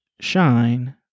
shine